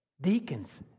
Deacons